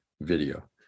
video